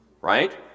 right